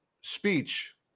speech